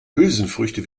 hülsenfrüchte